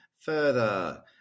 further